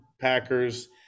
Packers